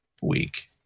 week